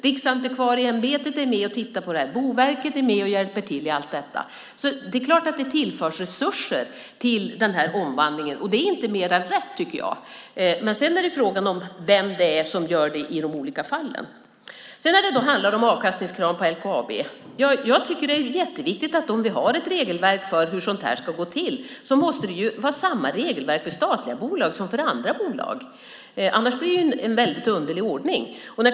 Riksantikvarieämbetet är med och tittar på det här. Boverket är med och hjälper till i allt detta. Det är klart att det tillförs resurser till omvandlingen, och det är inte mer än rätt. Men sedan är frågan vem det är som gör det i de olika fallen. När det handlar om avkastningskrav på LKAB tycker jag att det är jätteviktigt att om vi har ett regelverk för hur sådant här ska gå till ska det vara samma regelverk för statliga bolag som för andra bolag. Annars blir det en väldigt underlig ordning.